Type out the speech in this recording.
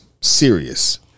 serious